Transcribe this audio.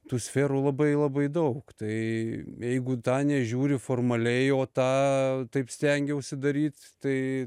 tų sferų labai labai daug tai jeigu tą nežiūri formaliai o tą taip stengiausi daryt tai